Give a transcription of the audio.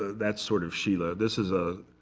that's sort of schiele. ah this is a